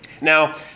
Now